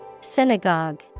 Synagogue